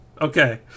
Okay